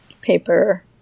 paper